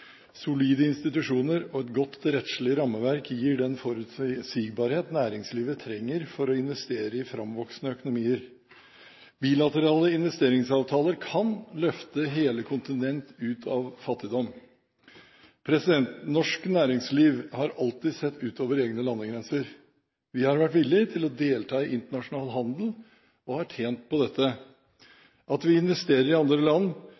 å investere i framvoksende økonomier. Bilaterale investeringsavtaler kan løfte hele kontinenter ut av fattigdom. Norsk næringsliv har alltid sett utover egne landegrenser. Vi har vært villig til å delta i internasjonal handel og har tjent på dette. At vi investerer i andre land,